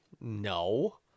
no